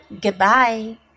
goodbye